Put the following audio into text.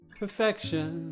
perfection